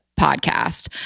podcast